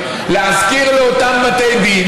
תמצא דרך אחרת לשמוע אותי.